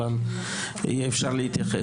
המשבר.